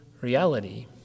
reality